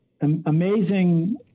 amazing